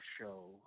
show